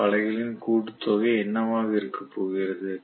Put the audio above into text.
F அலைகளின் கூட்டுத்தொகை என்னவாக இருக்கப்போகிறது